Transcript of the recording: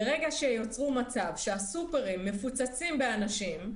ברגע שייצרו מצב שהסופרים מפוצצים באנשים,